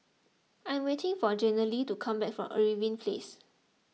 I am waiting for Jenilee to come back from Irving Place